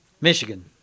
Michigan